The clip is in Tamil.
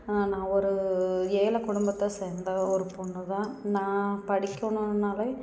நான் ஒரு ஏழை குடும்பத்தை சேர்ந்த ஒரு பொண்ணுதான் நான் படிக்கணுனால்